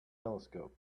telescope